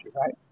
right